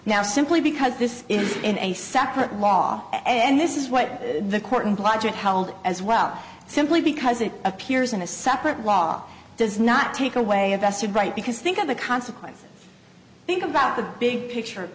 now simply because this is a separate law and this is what the court and logic held as well simply because it appears in a separate law does not take away a vested right because think of the consequence think about the big picture